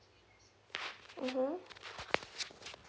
mmhmm